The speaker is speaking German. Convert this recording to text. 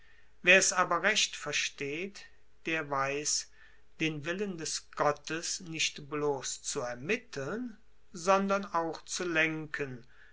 wer es aber recht versteht der weiss den willen des gottes nicht bloss zu ermitteln sondern auch zu lenken